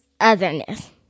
otherness